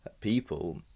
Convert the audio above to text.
people